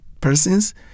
persons